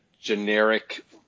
generic